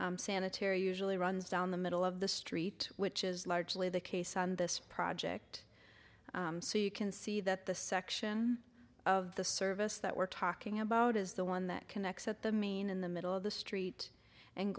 sanitary usually runs down the middle of the street which is largely the case on this project so you can see that the section of the service that we're talking about is the one that connects at the main in the middle of the street and